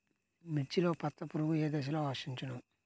మిర్చిలో పచ్చ పురుగు ఏ దశలో ఆశించును?